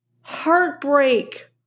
heartbreak